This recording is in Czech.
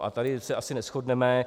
A tady se asi neshodneme.